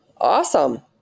awesome